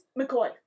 McCoy